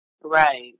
Right